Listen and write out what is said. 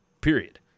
Period